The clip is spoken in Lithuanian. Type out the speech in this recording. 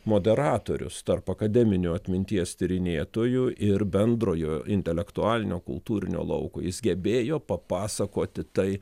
moderatorius tarp akademinių atminties tyrinėtojų ir bendrojo intelektualinio kultūrinio lauko jis gebėjo papasakoti tai